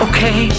Okay